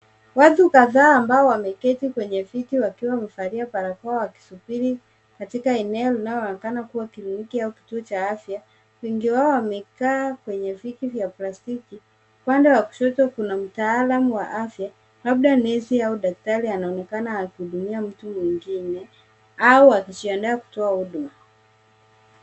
Watu kadhaa ambao wameketi kwenye viti wakiwa wamevalia barakoa wakisubiri katika eneo linaoonekana kuwa kliniki au kituo cha afya, wengi wao wamekaa kwenye viti vya plastiki. Upande wa kushoto kuna mtaalam wa afya labda nesi au daktari anaonekana akihudumia mtu mwingine au akijiandaa kutoa huduma.